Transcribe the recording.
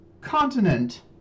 continent